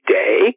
day